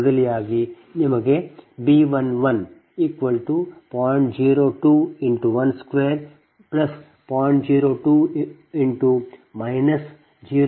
ಬದಲಿಯಾಗಿ ನಿಮಗೆ B110